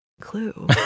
clue